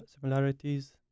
similarities